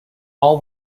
all